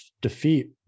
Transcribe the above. defeat